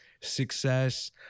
success